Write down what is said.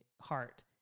heart